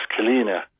Kalina